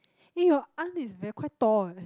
eh your aunt is very quite tall eh